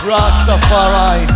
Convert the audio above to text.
Rastafari